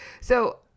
So-